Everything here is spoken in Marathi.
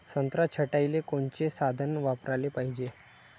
संत्रा छटाईले कोनचे साधन वापराले पाहिजे?